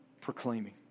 proclaiming